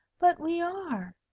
but we are.